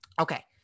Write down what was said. Okay